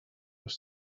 were